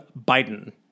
Biden